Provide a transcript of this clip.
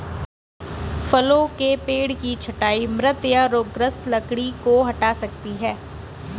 फलों के पेड़ की छंटाई मृत या रोगग्रस्त लकड़ी को हटा सकती है